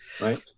right